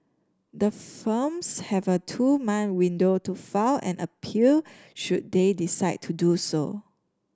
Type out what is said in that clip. the firms have a two mine window to file an appeal should they decide to do so